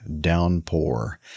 downpour